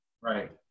Right